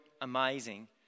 amazing